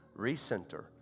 recenter